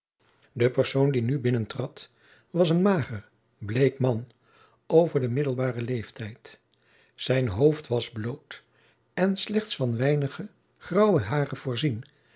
de persoon die nu binnen trad was een mager bleek man over den middelbaren leeftijd zijn hoofd was bloot en slechts van weinige graauwe hairen voorzien